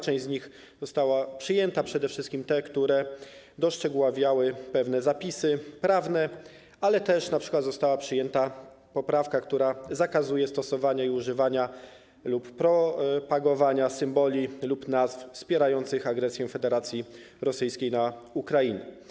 Część z nich została przyjęta, przede wszystkim te, które uszczegółowiały pewne zapisy prawne, ale też została przyjęta np. poprawka, która zakazuje stosowania i używania lub propagowania symboli lub nazw wspierających agresję Federacji Rosyjskiej na Ukrainę.